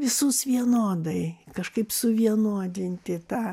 visus vienodai kažkaip suvienodinti tą